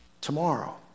tomorrow